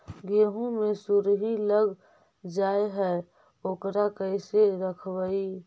गेहू मे सुरही लग जाय है ओकरा कैसे रखबइ?